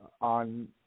on